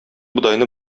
бодайны